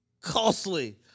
Costly